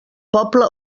poble